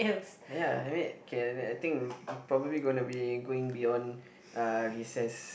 ya I mean I think probably gonna be going beyond uh recess